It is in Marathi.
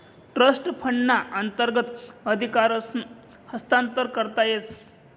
ट्रस्ट फंडना अंतर्गत अधिकारसनं हस्तांतरण करता येस